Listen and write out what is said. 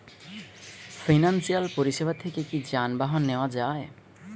Financial পরিসেবা থেকে কি যানবাহন নেওয়া যায়?